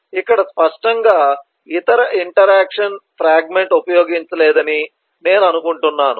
ఇక్కడ స్పష్టంగా ఇతర ఇంటరాక్షన్ ఫ్రాగ్మెంట్ ఉపయోగించలేదని నేను అనుకుంటున్నాను